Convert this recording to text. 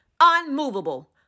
unmovable